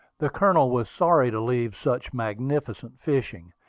the colonel was sorry to leave such magnificent fishing,